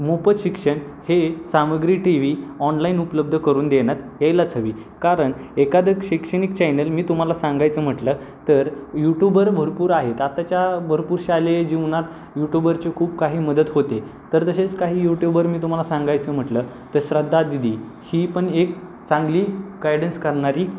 मोफत शिक्षण हे सामग्री टी व्ही ऑनलाईन उपलब्ध करून देण्यात यायलाच हवी कारण एखाद शैक्षणिक चॅनल मी तुम्हाला सांगायचं म्हटलं तर यूट्यूबर भरपूर आहेत आताच्या भरपूर शालेय जीवनात यूटूबरची खूप काही मदत होते तर तसेच काही यूट्यूबर मी तुम्हाला सांगायचं म्हटलं तर श्रद्धा दिदी ही पण एक चांगली गायडन्स करणारी